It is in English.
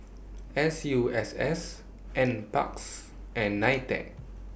S U S S N Parks and NITEC